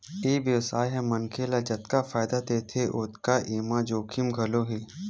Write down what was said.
ए बेवसाय ह मनखे ल जतका फायदा देथे ओतके एमा जोखिम घलो हे